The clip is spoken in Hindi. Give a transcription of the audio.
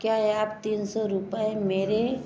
क्या आप तीन सौ रुपये मेरे